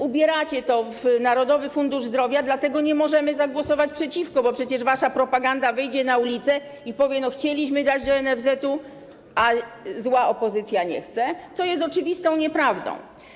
Ubieracie to w Narodowy Fundusz Zdrowia, dlatego nie możemy zagłosować przeciwko, bo przecież wasza propaganda wyjdzie na ulicę i powie: „no chcieliśmy dać do NFZ-u, ale zła opozycja nie chce”, co jest oczywistą nieprawdą.